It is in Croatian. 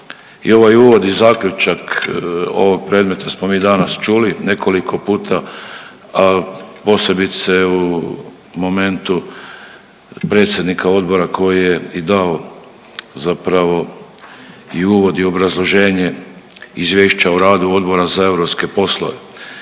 i ovaj uvod i zaključak ovog predmeta smo mi danas čuli nekoliko puta posebice u momentu predsjednika odbora koji je i dao zapravo i uvod i obrazloženje izvješća o radu Odbora za europske poslove.